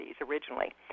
originally